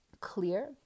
clear